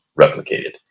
replicated